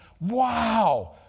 wow